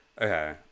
Okay